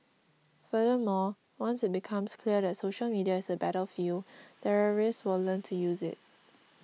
furthermore once it becomes clear that social media is a battlefield terrorists will learn to use it